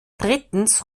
drittens